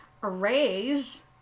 arrays